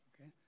okay